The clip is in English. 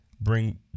bring